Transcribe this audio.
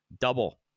double